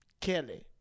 Kelly